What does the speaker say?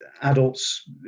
Adults